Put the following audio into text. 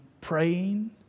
praying